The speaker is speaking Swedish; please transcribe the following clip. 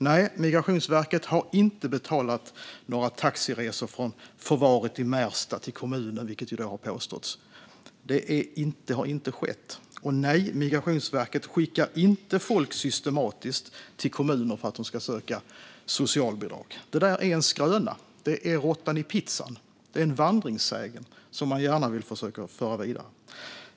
Nej, Migrationsverket har inte betalat några taxiresor från förvaret i Märsta till kommunen, vilket har påståtts. Det har inte skett. Nej, Migrationsverket skickar inte människor systematiskt till kommuner för att de ska söka socialbidrag. Det är en skröna. Det är råttan i pizzan. Det är en vandringssägen som man gärna vill försöka föra vidare.